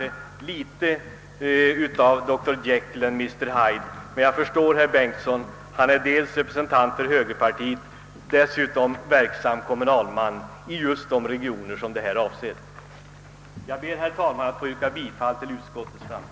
Det är litet av dr Jekyll och mr Hyde över det hela. Men jag förstår herr Bengtsons situation; han är dels representant för högerpartiet och dels verksam som kommunalman i just de regioner som här avses. Jag ber, herr talman, att få yrka bifall till utskottets hemställan.